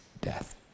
death